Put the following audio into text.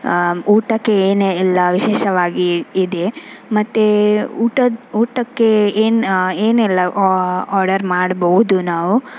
ಊಟಕ್ಕೆ ಏನೆಲ್ಲ ವಿಶೇಷವಾಗಿ ಇದೆ ಮತ್ತು ಊಟ ಊಟಕ್ಕೆ ಏನ್ ಏನೆಲ್ಲ ಆರ್ಡರ್ ಮಾಡಬಹುದು ನಾವು